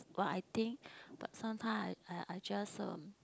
what I think but sometime I I I just um